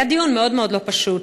היה דיון מאוד מאוד לא פשוט.